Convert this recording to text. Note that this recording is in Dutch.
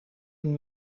een